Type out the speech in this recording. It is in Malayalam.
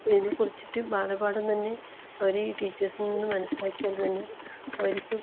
ഇതിനെക്കുറിച്ചിട്ട് ബാലപാഠം തന്നെ അവർ ടീച്ചേഴ്സിൽ നിന്ന് മനസ്സിലാക്കിയത് തന്നെ അവർക്ക്